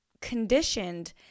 conditioned